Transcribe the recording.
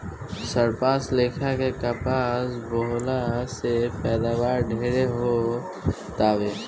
सरपास लेखा के कपास बोअला से पैदावार ढेरे हो तावे